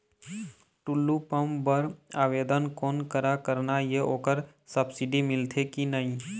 Tullu pump बर आवेदन कोन करा करना ये ओकर सब्सिडी मिलथे की नई?